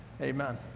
amen